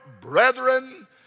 brethren